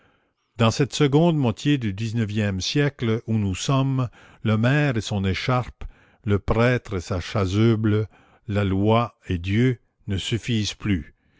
dans cette seconde moitié du dix-neuvième siècle où nous sommes le maire et son écharpe le prêtre et sa chasuble la loi et dieu ne suffisent plus